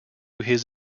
his